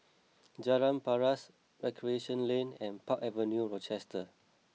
Jalan Paras Recreation Lane and Park Avenue Rochester